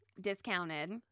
discounted